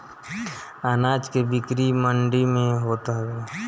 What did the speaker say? अनाज के बिक्री मंडी में होत हवे